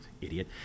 idiot